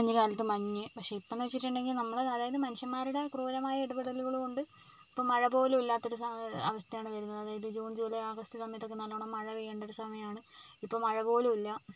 മഞ്ഞുകാലത്ത് മഞ്ഞ് പക്ഷേ ഇപ്പം എന്ന് വെച്ചിട്ടുണ്ടെങ്കിൽ നമ്മൾ അതായത് മനുഷ്യന്മാരുടെ ക്രൂരമായ ഇടപെടലുകൾ കൊണ്ട് ഇപ്പോൾ മഴ പോലും ഇല്ലാത്ത ഒരു സാഹ അവസ്ഥയാണ് വരുന്നത് അതായത് ജൂൺ ജൂലൈ ഓഗസ്റ്റ് സമയത്തൊക്കെ നല്ലവണ്ണം മഴ പെയ്യേണ്ട ഒരു സമയമാണ് ഇപ്പോൾ മഴ പോലും ഇല്ല